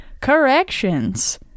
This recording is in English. corrections